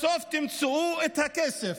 בסוף תמצאו את הכסף